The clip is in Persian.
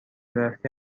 رفتی